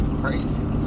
crazy